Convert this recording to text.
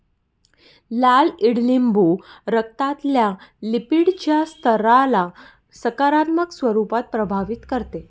लाल ईडलिंबू रक्तातल्या लिपीडच्या स्तराला सकारात्मक स्वरूपात प्रभावित करते